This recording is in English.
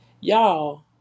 Y'all